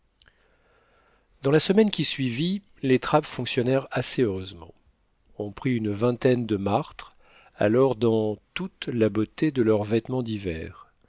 dans la semaine qui suivit les trappes fonctionnèrent assez heureusement on prit une vingtaine de martres alors dans toute la beauté de leur vêtement d'hiver